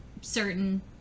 certain